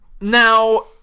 now